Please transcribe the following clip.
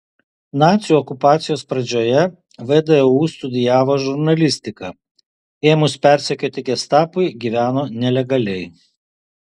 nacių okupacijos pradžioje vdu studijavo žurnalistiką ėmus persekioti gestapui gyveno nelegaliai